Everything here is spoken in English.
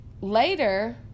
Later